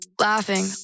laughing